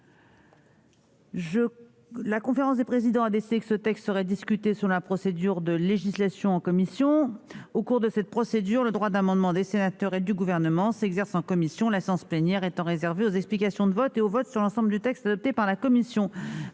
La conférence des présidents a décidé que ce texte serait discuté selon la procédure de législation en commission prévue au chapitre XIV du règlement du Sénat. Au cours de cette procédure, le droit d'amendement des sénateurs et du Gouvernement s'exerce en commission, la séance plénière étant réservée aux explications de vote et au vote sur l'ensemble du texte adopté par la commission.